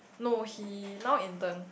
no he now intern